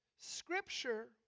Scripture